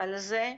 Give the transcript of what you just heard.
על זה.